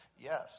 yes